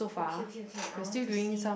okay okay okay I want to see